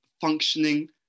functioning